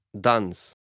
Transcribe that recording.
Dance